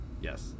Yes